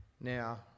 Now